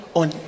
on